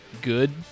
good